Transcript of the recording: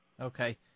Okay